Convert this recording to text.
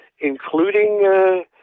including